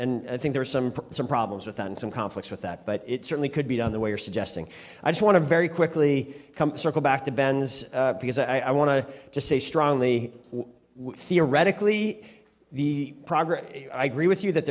and i think there are some some problems with that and some conflicts with that but it certainly could be done the way you're suggesting i just want to very quickly circle back to ben's because i want to just say strongly theoretically the progress i agree with you that